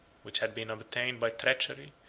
which had been obtained by treachery,